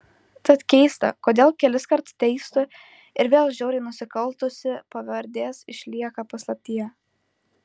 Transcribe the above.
tad keista kodėl keliskart teistų ir vėl žiauriai nusikaltusių pavardės išlieka paslaptyje